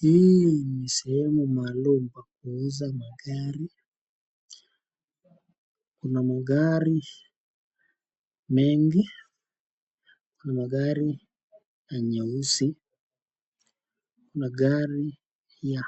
Hii ni sehemu maalum ya kuuza magari. Kuna magari mengi, magari ya nyeusi, kuna gari ya